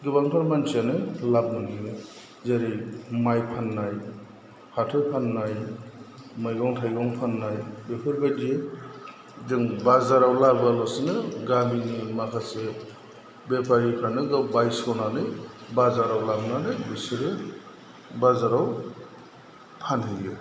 गोबांथार मानसियानो लाब माेनाे जेरै माइ फाननाय फाथो फाननाय मैगं थाइगं फाननाय बेफोरबादि जों बाजाराव लाबाेआ लासैनो गामिनि माखासे बेफारिफ्रानाे गाव बायस'नानै बाजाराव लांनानै बिसाेरो बाजाराव फानहैयो